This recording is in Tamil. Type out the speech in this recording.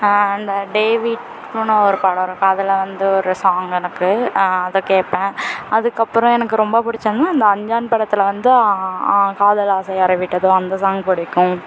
அந்த டேவிட்னுன்னு ஒரு படம் இருக்கும் அதில் வந்து ஒரு சாங் இருக்குது அது கேட்பேன் அதுக்கு அப்புறோம் எனக்கு ரொம்ப பிடிச்சதுன்னா அந்த அஞ்சான் படத்தில் வந்து காதல் ஆசை யாரை விட்டதோ அந்த சாங் பிடிக்கும்